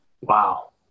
Wow